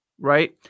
right